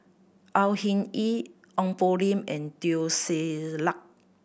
Au Hing Yee Ong Poh Lim and Teo Ser Luck